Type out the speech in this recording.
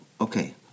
Okay